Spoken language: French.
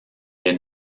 est